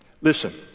Listen